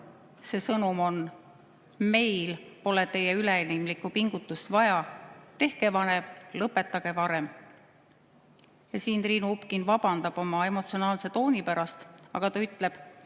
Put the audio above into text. see sõnum on: meil pole teie üleinimlikku pingutust vaja, tehke varem, lõpetage varem." Siin Triinu Upkin palub vabandust oma emotsionaalse tooni pärast, aga ta ütleb: